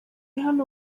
hano